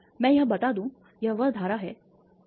मैं यह बता दूं यह वह धारा है जो वह धारा है